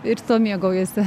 ir tuo mėgaujasi